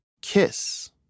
KISS